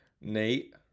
nate